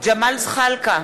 ג'מאל זחאלקה,